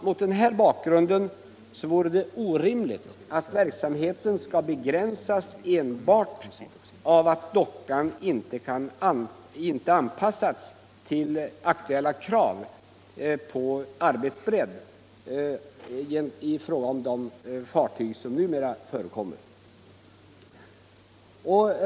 Mot den här bakgrunden vore det orimligt att verksamheten skulle begränsas enbart på grund av att dockan inte anpassats till aktuella krav på arbetsbredd, etc.